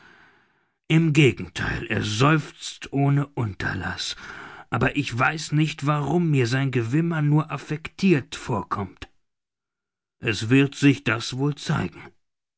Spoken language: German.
im gegentheil er seufzt ohne unterlaß aber ich weiß nicht warum mir sein gewimmer nur affectirt vorkommt es wird sich das wohl zeigen